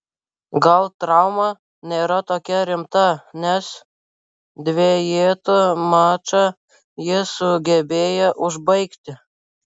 gal trauma nėra tokia rimta nes dvejetų mačą jis sugebėjo užbaigti